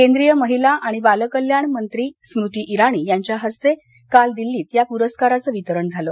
केंद्रीय महिला आणि बाल कल्याणमंत्री स्मृती इराणी यांच्या हस्ते काल दिल्लीत या पुरस्काराचं विराण झालं